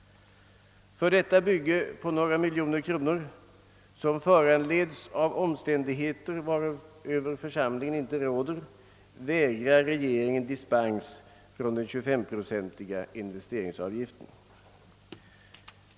För detta bygge på några miljoner kronor, som föranleds av omständigheter varöver församlingen inte råder, vägrar regeringen dispens från den 235-procentiga investeringsavgiften.